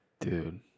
Dude